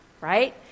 right